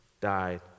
died